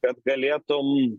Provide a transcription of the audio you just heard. kad galėtum